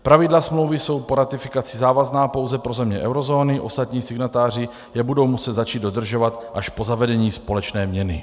Pravidla smlouvy jsou po ratifikaci závazná pouze pro země eurozóny, ostatní signatáři je budou muset začít dodržovat až po zavedení společné měny.